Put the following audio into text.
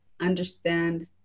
understand